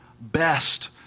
best